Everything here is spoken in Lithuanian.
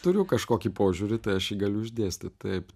turiu kažkokį požiūrį tai aš jį galiu išdėstyt taip